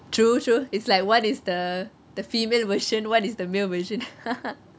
true true it's like one is the the female version one is the male version